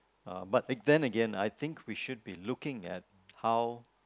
uh but then Again I think we should be looking at how